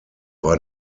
war